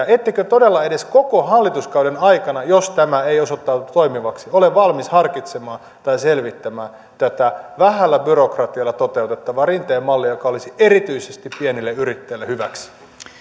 ettekö todella edes koko hallituskauden aikana jos tämä ei osoittaudu toimivaksi ole valmis harkitsemaan tai selvittämään tätä vähällä byrokratialla toteutettavaa rinteen mallia joka olisi erityisesti pienille yrittäjille hyväksi